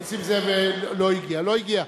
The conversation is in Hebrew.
נסים זאב לא הגיע, לא הגיע.